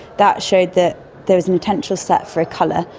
that showed that there is an attentional set for a colour,